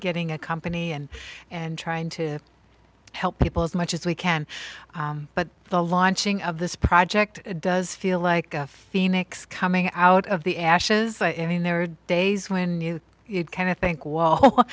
getting a company and and trying to help people as much as we can but the launching of this project does feel like phoenix coming out of the ashes i mean there are days when you kind of think well